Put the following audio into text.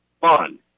fun